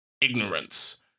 ignorance